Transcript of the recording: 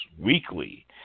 weekly